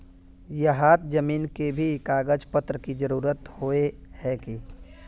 यहात जमीन के भी कागज पत्र की जरूरत होय है की?